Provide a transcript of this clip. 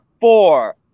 four